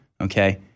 okay